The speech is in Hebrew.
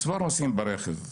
מספר הנוסעים ברכב.